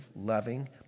loving